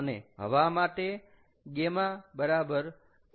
અને હવા માટે γ બરાબર 1